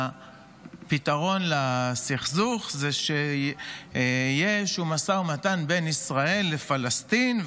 שהפתרון לסכסוך זה שיהיה איזשהו משא ומתן בין ישראל לפלסטין,